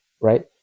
right